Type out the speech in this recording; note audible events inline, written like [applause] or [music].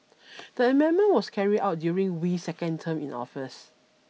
[noise] the amendment was carried out during Wee's second term in office